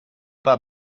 pas